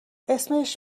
اسمش